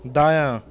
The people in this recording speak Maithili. दायाँ